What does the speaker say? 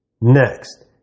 Next